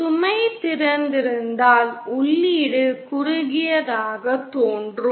சுமை திறந்திருந்தால் உள்ளீடு குறுகியதாக தோன்றும்